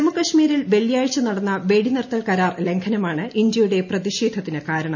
ജമ്മുകശ്മീരിൽ വെള്ളിയാഴ്ച നടന്ന വെടി നിർത്തൽ കരാർ ലംഘനമാണ് ഇന്ത്യയുടെ പ്രതിഷേധത്തതിന് കാരണം